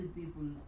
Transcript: people